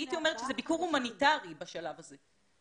הייתי אומרת שזה ביקור הומניטרי בשלב הזה.